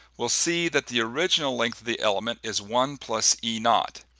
we'll see that the original length of the element is one plus e-naught.